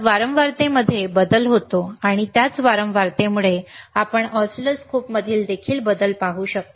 तर वारंवारतेमध्ये बदल होतो आणि त्याच वारंवारतेमुळे आपण ऑसिलोस्कोपमधील बदल पाहू शकता